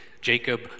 Jacob